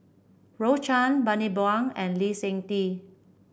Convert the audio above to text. Rose Chan Bani Buang and Lee Seng Tee